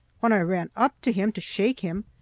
when i ran up to him to shake him,